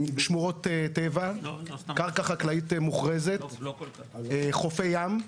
שמורות טבע, קרקע חקלאית מוכרזת, חופי ים.